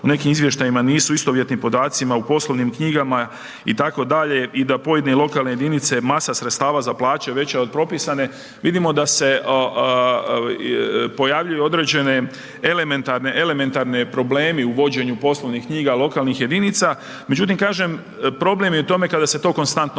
u nekim izvještajima nisu istovjetni podacima u poslovnim knjigama itd.. I da pojedine lokalne jedinice, masa sredstava za plaće veća je od propisane. Vidimo da se pojavljuju određene elementarne, elementarni problemi u vođenju poslovnih knjiga lokalnih jedinica, međutim kažem problem je u tome kada se to konstantno